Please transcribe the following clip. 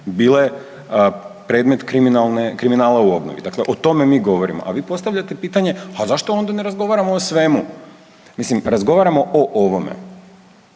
bile predmet kriminala u obnovi. Dakle, o tome mi govorimo a vi postavljate pitanje a zašto onda ne razgovaramo o svemu? Mislim, razgovaramo o ovome.